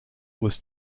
was